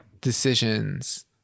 decisions